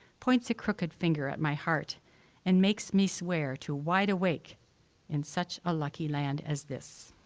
points a crooked finger at my heart and makes me swear to wide awake in such a lucky land as this.